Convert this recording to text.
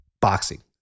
boxing